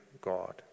God